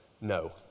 no